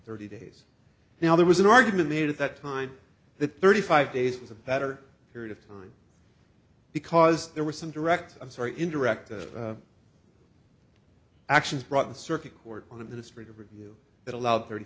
thirty days now there was an argument made at that time that thirty five days was a better period of time because there were some direct i'm sorry in direct actions brought the circuit court on administrative review that allowed thirty